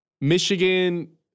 Michigan